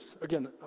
again